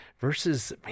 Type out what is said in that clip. versus